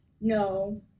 no